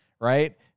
right